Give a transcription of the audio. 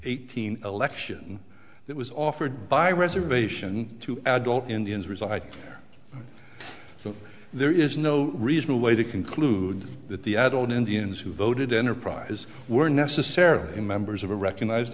hundred election that was offered by reservation to adult indians reside so there is no reasonable way to conclude that the adult indians who voted enterprise were necessarily in members of a recognized